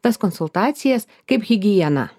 tas konsultacijas kaip higieną